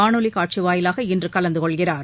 காணொலி காட்சி வாயிலாக இன்று கலந்து கொள்கிறார்